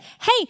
hey